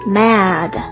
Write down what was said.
mad